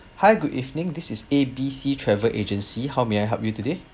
hi good evening this is A B C travel agency how may I help you today